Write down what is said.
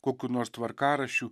kokių nors tvarkaraščių